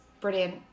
brilliant